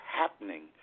happening